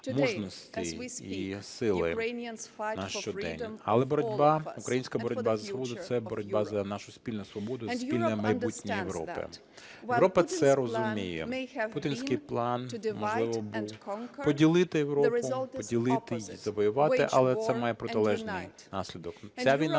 мужності і сили нащодень. Але боротьба, українська боротьба за свободу – це боротьба за нашу спільну свободу і спільне майбутнє Європи. Європа це розуміє. Путінський план, можливо, був поділити Європу, поділити і завоювати, але це має протилежний наслідок.